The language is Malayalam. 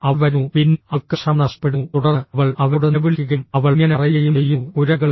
അവൾ വരുന്നു പിന്നെ അവൾക്ക് ക്ഷമ നഷ്ടപ്പെടുന്നു തുടർന്ന് അവൾ അവരോട് നിലവിളിക്കുകയും അവൾ ഇങ്ങനെ പറയുകയും ചെയ്യുന്നുഃ കുരങ്ങുകളേ